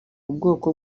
ubwoko